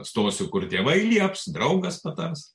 stosiu kur tėvai lieps draugas patars